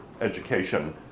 education